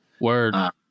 Word